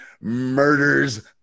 murders